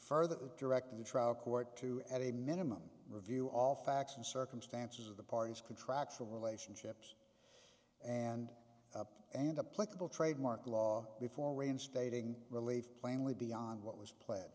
further directed the trial court to at a minimum review all facts and circumstances of the parties contractual relationships and and a political trademark law before reinstating relief plainly beyond what was pla